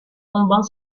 tombant